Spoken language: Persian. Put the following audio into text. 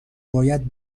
باید